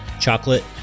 chocolate